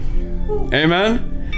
Amen